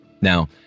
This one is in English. Now